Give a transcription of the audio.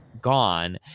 gone